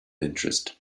interest